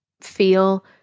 feel